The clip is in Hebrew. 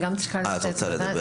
אני גם צריכה לצאת.